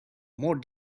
more